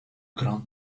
grand